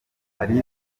ally